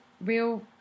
real